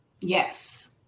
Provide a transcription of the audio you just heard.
Yes